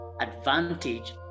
advantage